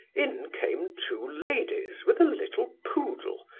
in came two ladies with a little poodle,